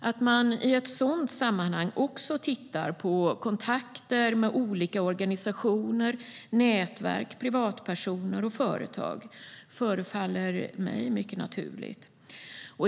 Att man i ett sådant sammanhang också tittar på kontakter med olika organisationer, nätverk, privatpersoner och företag förefaller mig mycket naturligt.